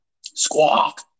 Squawk